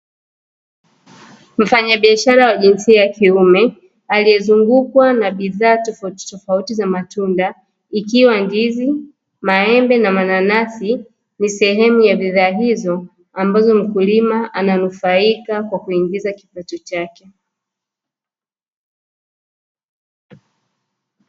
Mfanyabiashara wa kiume aliyezungukwa na bidhaa tofauti tofauti za matunda ikiwa ndizi, maembe na mananasi ni sehemu ya bidhaa hizo ambazo mkulima ananufaika kwa kuingiza kipato chake.